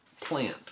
Plant